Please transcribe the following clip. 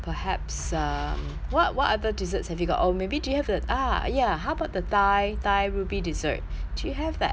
what what other desserts have you got or maybe do you have that ah ya how about the thailand that ruby dessert do you have that